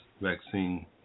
vaccine